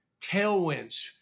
tailwinds